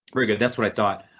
very good, that's what i thought,